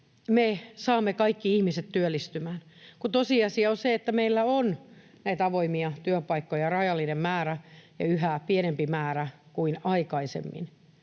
me saamme kaikki ihmiset työllistymään, kun tosiasia on se, että meillä on näitä avoimia työpaikkoja rajallinen määrä ja yhä pienempi määrä kuin aikaisemmin